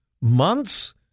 months